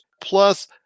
plus